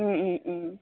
ओम Om ओम